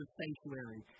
sanctuary